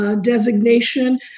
designation